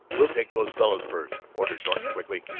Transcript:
we'll take those fellows first, ordered norton quickly.